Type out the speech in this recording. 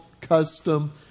custom